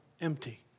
empty